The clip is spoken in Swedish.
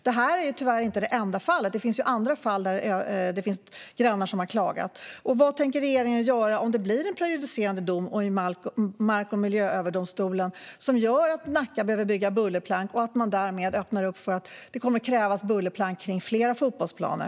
Det här är tyvärr inte det enda fallet; det finns andra fall där grannar har klagat. Vad tänker regeringen göra om det blir en prejudicerande dom i Mark och miljööverdomstolen som gör att Nacka behöver bygga bullerplank och man därmed öppnar för att det kommer att krävas bullerplank runt fler fotbollsplaner?